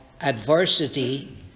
adversity